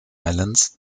islands